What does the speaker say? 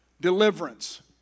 deliverance